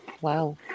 Wow